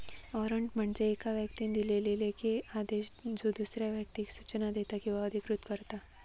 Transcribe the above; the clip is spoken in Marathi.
वॉरंट म्हणजे येका व्यक्तीन दिलेलो लेखी आदेश ज्यो दुसऱ्या व्यक्तीक सूचना देता किंवा अधिकृत करता